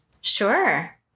Sure